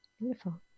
Beautiful